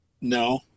No